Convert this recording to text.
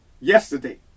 yesterday